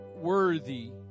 worthy